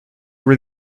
were